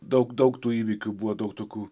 daug daug tų įvykių buvo daug tokių